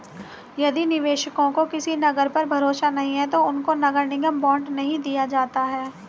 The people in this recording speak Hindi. यदि निवेशकों को किसी नगर पर भरोसा नहीं है तो उनको नगर निगम बॉन्ड नहीं दिया जाता है